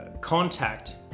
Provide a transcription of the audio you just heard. contact